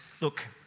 look